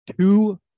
two